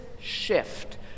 shift